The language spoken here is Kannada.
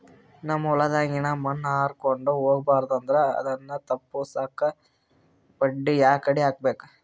ನಮ್ ಹೊಲದಾಗಿನ ಮಣ್ ಹಾರ್ಕೊಂಡು ಹೋಗಬಾರದು ಅಂದ್ರ ಅದನ್ನ ತಪ್ಪುಸಕ್ಕ ಬಂಡಿ ಯಾಕಡಿ ಹಾಕಬೇಕು?